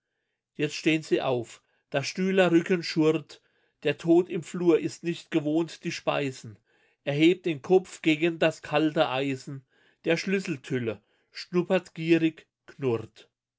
jetzt stehn sie auf das stühlerücken schurrt der tod im flur ist nicht gewohnt die speisen er hebt den kopf gegen das kalte eisen der schlüsseltülle schnuppert gierig knurrt